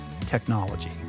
technology